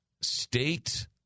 state